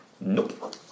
Nope